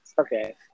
Okay